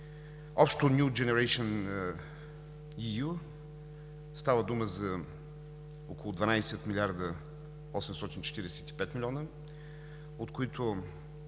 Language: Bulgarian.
общо New Generation EU – става дума за около 12 милиарда и 845 милиона, от които